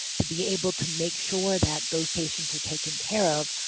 to be able to make sure that those patients are taken care of,